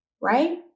Right